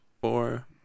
four